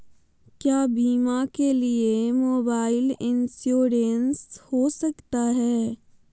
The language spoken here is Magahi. क्या बीमा के लिए मोबाइल इंश्योरेंस हो सकता है?